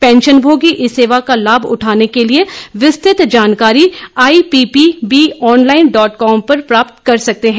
पेंशनभोगी इस सेवा का लाभ उठाने के लिए विस्तृत जानकारी आईपीपीबी ऑनलाईन डॉट कॉम पर प्राप्त कर सकते हैं